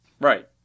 Right